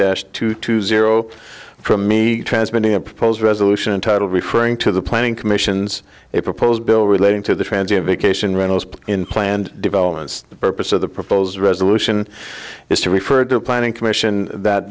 dash two two zero from me transmitting a proposed resolution title referring to the planning commission's a proposed bill relating to the transit of vacation rentals in planned developments the purpose of the proposed resolution is to refer to a planning commission that